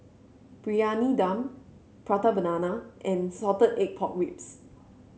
Briyani Dum Prata Banana and Salted Egg Pork Ribs